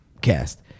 cast